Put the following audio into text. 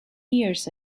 years